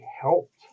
helped